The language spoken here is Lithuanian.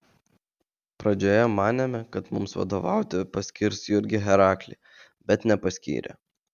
pradžioje manėme kad mums vadovauti paskirs jurgį heraklį bet nepaskyrė